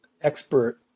expert